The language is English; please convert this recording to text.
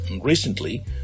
Recently